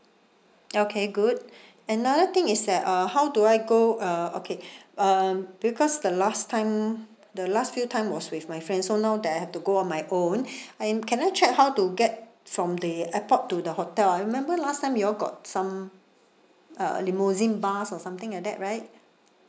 okay good another thing is that uh how do I go uh okay um because the last time the last few time was with my friend so now that I have to go on my own I'm can I check how to get from the airport to the hotel I remember last time you all got some uh limousine bus or something like that right